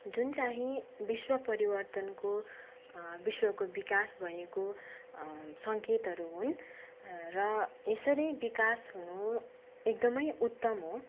जुन चाहिँ विश्व परिवर्तनको विश्वको विकास भएको सङ्केतहरू हुन् र यसरी विकास हुनु एकदमै उत्तम हो